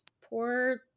poor